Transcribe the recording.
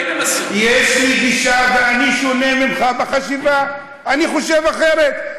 יש לי גישה, ואני שונה ממך בחשיבה, אני חושב אחרת.